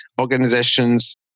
organizations